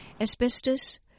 Asbestos